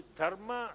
dharma